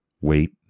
wait